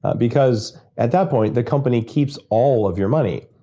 because at that point, the company keeps all of your money.